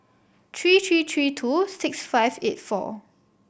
three three three two six five eight four